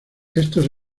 estos